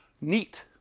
Neat